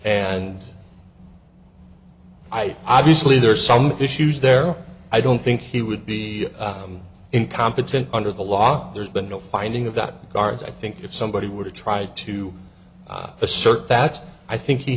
and i obviously there are some issues there i don't think he would be incompetent under the law there's been no finding of the guards i think if somebody were to try to assert that i think he